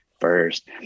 first